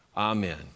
Amen